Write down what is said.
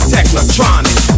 Technotronic